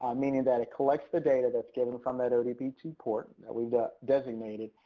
um meaning that it collects the data that is given from that o d p two port that we designated.